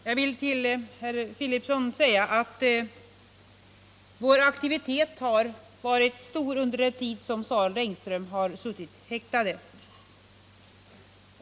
Herr talman! Jag vill till herr Fridolfsson säga att vår aktivitet har varit stor under den tid som Sareld och Engström suttit häktade.